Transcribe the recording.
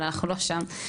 אבל אנחנו לא שם.